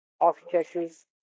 architectures